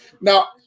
Now